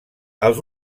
els